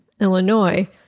Illinois